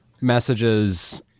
messages